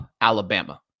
Alabama